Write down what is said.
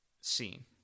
scene